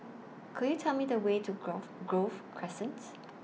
Could YOU Tell Me The Way to Grove Grove Crescents